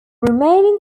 remaining